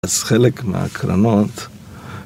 אז חלק מהקרנות